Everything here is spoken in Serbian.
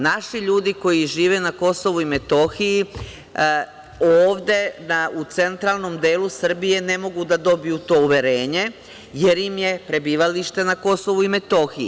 Naši ljudi koji žive na Kosovu i Metohiji ovde u centralnom delu Srbije ne mogu da dobiju to uverenje, jer im je prebivalište na Kosovu i Metohiji.